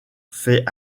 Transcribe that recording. fait